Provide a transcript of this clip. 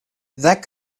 that